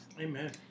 Amen